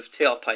tailpipe